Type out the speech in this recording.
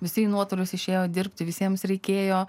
visi nuotolius išėjo dirbti visiems reikėjo